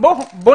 שיניים?